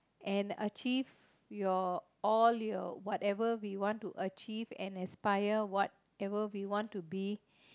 and achieve your all your whatever we want to achieve and aspire whatever we want to be